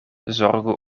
zorgu